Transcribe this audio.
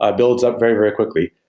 ah builds up very, very quickly.